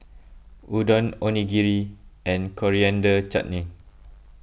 Udon Onigiri and Coriander Chutney